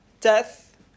death